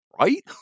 right